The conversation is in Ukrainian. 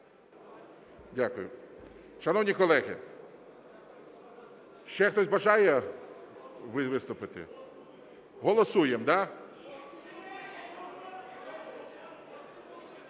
Шановні колеги, ще хтось бажає виступити? Голосуємо – да?